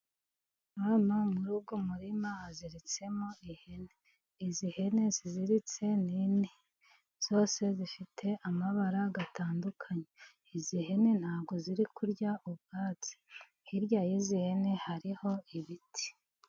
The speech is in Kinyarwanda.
Hano, muri uyu murima, haziritsemo ihene. Izi hene, ziziritse, ni enye. Zose zifite amabara atandukanye. Izi hene, ntabwo ziri kurya ubwatsi. Hirya y’izi hene, hari ibiti.